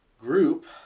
group